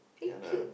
ya lah